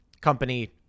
company